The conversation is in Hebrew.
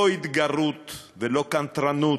לא התגרות ולא קנטרנות.